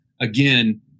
again